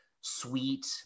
sweet